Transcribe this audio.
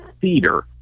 theater